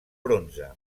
bronze